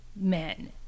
men